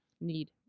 Need